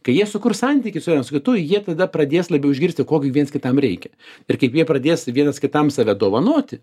kai jie sukurs santykį su vienas su kitu jie tada pradės labiau išgirsti ko gi viens kitam reikia ir kaip jie pradės vienas kitam save dovanoti